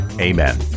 amen